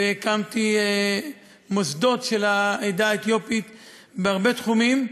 והקמתי מוסדות של העדה האתיופית בהרבה תחומים,